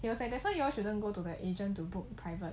he was like that's why you shouldn't go to the agent to book private